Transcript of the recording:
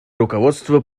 руководство